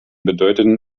bedeutenden